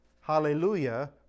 Hallelujah